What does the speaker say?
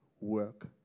work